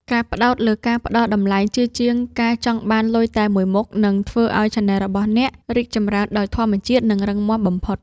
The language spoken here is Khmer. ការផ្ដោតលើការផ្តល់តម្លៃជាជាងការចង់បានលុយតែមួយមុខ នឹងធ្វើឱ្យឆានែលរបស់អ្នករីកចម្រើនដោយធម្មជាតិ និងរឹងមាំបំផុត។